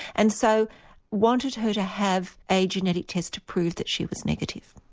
and so wanted her to have a genetic test to prove that she was negative,